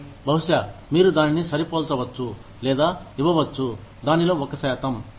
ఆపై బహుశా మీరు దానిని సరి పోల్చవచ్చు లేదా ఇవ్వవచ్చు దానిలో ఒక శాతం